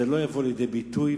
זה לא יבוא לידי ביטוי,